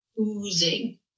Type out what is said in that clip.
oozing